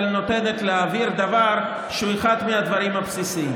אבל נותנת להעביר דבר שהוא אחד מהדברים הבסיסיים.